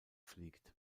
fliegt